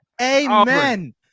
Amen